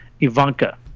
Ivanka